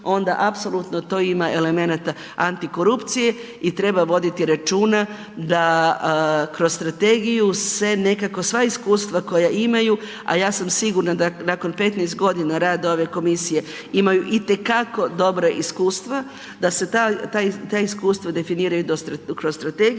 onda apsolutno to ima elemenata Anti korupcije i treba voditi računa da kroz strategiju se nekako sva iskustva koja imaju, a ja sam sigurna da nakon 15.g. rada ove komisije imaju itekako dobra iskustva da se ta iskustva definiraju kroz strategiju